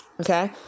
Okay